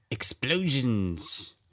Explosions